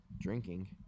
drinking